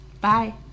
Bye